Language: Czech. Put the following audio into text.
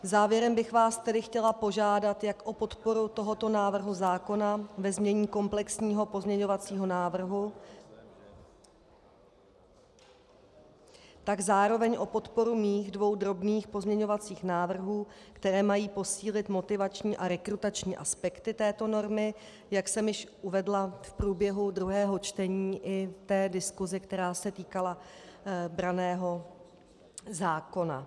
Závěrem bych vás tedy chtěla požádat jak o podporu tohoto návrhu zákona ve znění komplexního pozměňovacího návrhu, tak zároveň o podporu mých dvou drobných pozměňovacích návrhů, které mají posílit motivační a rekrutační aspekty této normy, jak jsem již uvedla v průběhu druhého čtení i v diskusi, která se týkala branného zákona.